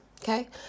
okay